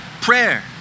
prayer